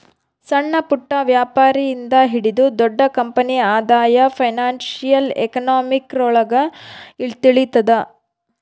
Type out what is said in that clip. ಸಣ್ಣಪುಟ್ಟ ವ್ಯಾಪಾರಿ ಇಂದ ಹಿಡಿದು ದೊಡ್ಡ ಕಂಪನಿ ಆದಾಯ ಫೈನಾನ್ಶಿಯಲ್ ಎಕನಾಮಿಕ್ರೊಳಗ ತಿಳಿತದ